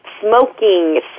smoking